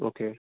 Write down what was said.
okay